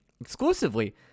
exclusively